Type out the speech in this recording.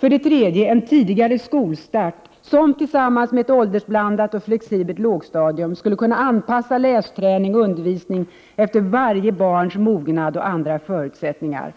3. En tidigare skolstart som — tillsammans med ett åldersblandat och flexibelt lågstadium — skulle kunna anpassa lästräning och annan undervisning efter varje barns mognad och andra förutsättningar.